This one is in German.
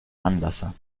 anlasser